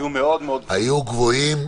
היו גבוהים,